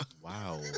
Wow